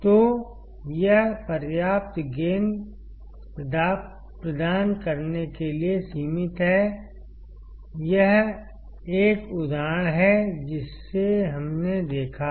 तो यह पर्याप्त गेन प्रदान करने के लिए सीमित है यह एक उदाहरण है जिसे हमने देखा है